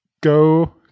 go